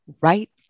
right